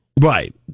Right